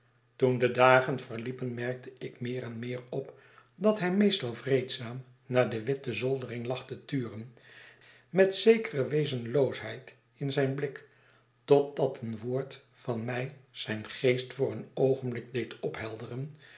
toen de dagen verliepen merkte ik meer en meer op dat hij meestal vreedzaam naar de witte zoldering lag te turen met zekere wezenloosheid in zijn blik totdat een woord van mij zijn geest voor een oogenblik deed ophelderen